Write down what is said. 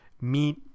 meet